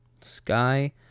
Sky